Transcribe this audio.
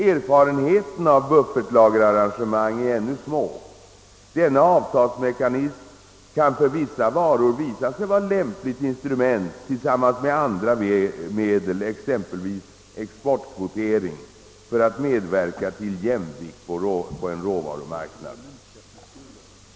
Erfarenheterna av buffertlagerarrangemang är ännu små. Denna avtalsmekanism kan för vissa varor visa sig vara ett lämpligt instrument tillsammans med andra medel, exempelvis exportkvotering, för att medverka till jämvikt på en råvarumarknad.